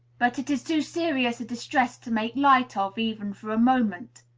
but it is too serious a distress to make light of, even for a moment.